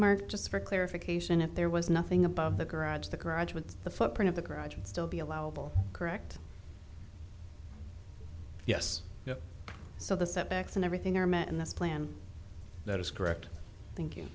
mark just for clarification if there was nothing above the garage the garage with the footprint of the garage and still be allowable correct yes yes so the setbacks and everything are met in this plan that is correct thank